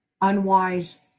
unwise